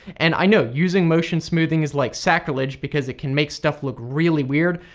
and i know, using motion smoothing is like sacrilege because it can make stuff look really weird,